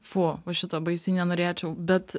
fu va šito baisiai nenorėčiau bet